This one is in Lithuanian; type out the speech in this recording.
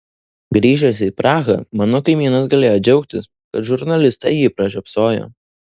grįžęs į prahą mano kaimynas galėjo džiaugtis kad žurnalistai jį pražiopsojo